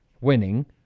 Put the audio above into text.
winning